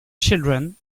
children